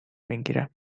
میگیرم